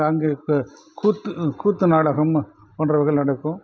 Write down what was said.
அங்கு கூத்து கூத்து நாடகம் போன்றவைகள் நடக்கும்